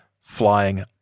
flying